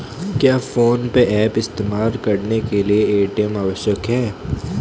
क्या PhonePe app इस्तेमाल करने के लिए ए.टी.एम आवश्यक है?